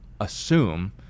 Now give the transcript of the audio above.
assume